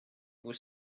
pour